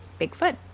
Bigfoot